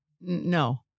No